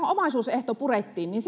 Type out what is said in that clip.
omaisuusehto purettiin niin